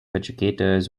educators